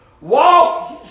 walk